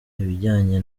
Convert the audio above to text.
ibijyanye